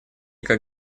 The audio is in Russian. как